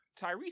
tyrese